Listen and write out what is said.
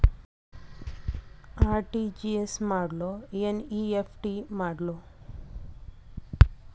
RTGS ಮಾಡ್ಲೊ NEFT ಮಾಡ್ಲೊ?